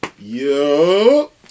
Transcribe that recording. Yo